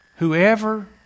Whoever